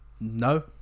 No